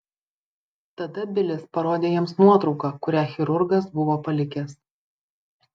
tada bilis parodė jiems nuotrauką kurią chirurgas buvo palikęs